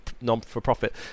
non-for-profit